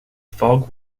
fog